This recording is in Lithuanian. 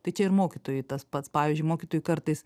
tai čia ir mokytojui tas pats pavyzdžiui mokytojui kartais